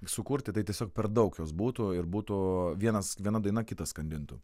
sukurti tai tiesiog per daug jos būtų ir būtų vienas viena daina kitą skandintų